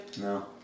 No